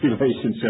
relationship